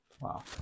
Wow